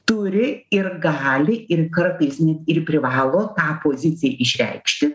turi ir gali ir kartais net ir privalo tą poziciją išreikšti